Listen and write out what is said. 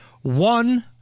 One